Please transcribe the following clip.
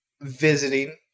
visiting